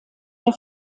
der